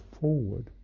forward